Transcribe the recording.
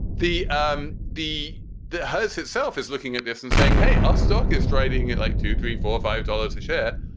the um the the house itself is looking at this and saying, hey, our stock is trading at like two, three, four, five dollars a share.